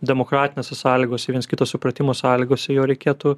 demokratinėse sąlygose viens kito supratimo sąlygose jo reikėtų